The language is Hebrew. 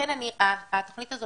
לכן התוכנית הזאת,